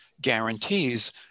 guarantees